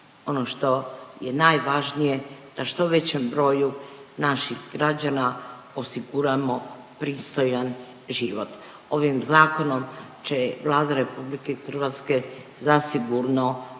ono što je najvažnije da što većem broju naših građana osiguramo pristojan život. Ovim zakonom će Vlada RH zasigurno